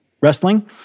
wrestling